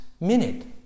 minute